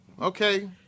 Okay